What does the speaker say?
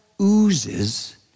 oozes